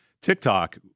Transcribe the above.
TikTok